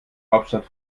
hauptstadt